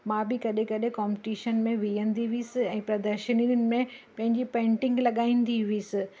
मां बि कॾहिं कॾहिं कॉम्पिटिशन में विहंदी हुअसि ऐं प्रदर्शननि में पंहिंजी पेंटिंग लॻाईंदी हुअसि